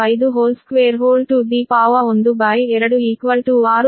252 12 6